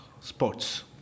sports